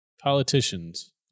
politicians